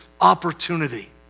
opportunity